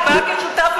היא באה כשותף למונופול.